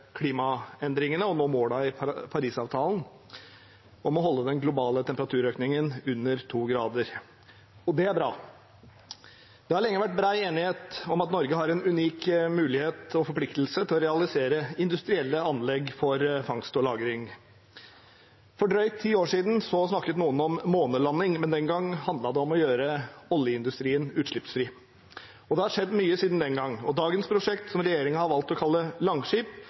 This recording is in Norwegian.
klimaendringene og nå målene i Parisavtalen om å holde den globale temperaturøkningen under 2 grader. Det er bra. Det har lenge vært bred enighet om at Norge har en unik mulighet og forpliktelse til å realisere industrielle anlegg for fangst og lagring. For drøyt ti år siden snakket noen om månelanding, men den gang handlet det om å gjøre oljeindustrien utslippsfri. Det har skjedd mye siden den gang. Dagens prosjekt, som regjeringen har valgt å kalle Langskip,